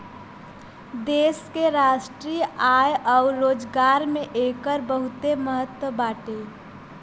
देश के राष्ट्रीय आय अउर रोजगार में एकर बहुते महत्व बाटे